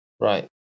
Right